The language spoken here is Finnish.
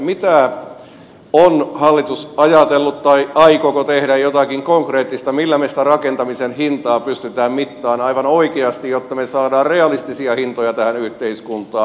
mitä on hallitus ajatellut tai aikooko se tehdä jotakin konkreettista millä me sitä rakentamisen hintaa pystymme mittaamaan aivan oikeasti jotta me saamme realistisia hintoja tähän yhteiskuntaan